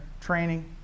training